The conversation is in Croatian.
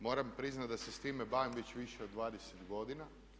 Moram priznati da se s time bavim već više od 20 godina.